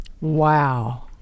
Wow